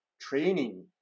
training